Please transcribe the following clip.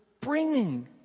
bringing